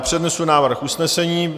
Přednesu návrh usnesení.